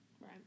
right